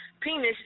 penis